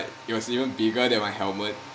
it was even bigger than my helmet